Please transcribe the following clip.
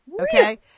okay